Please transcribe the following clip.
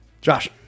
Josh